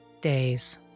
days